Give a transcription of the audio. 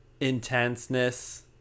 Intenseness